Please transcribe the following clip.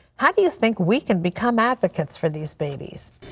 how do you think we can become advocates for these babies?